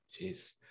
Jeez